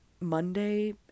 Monday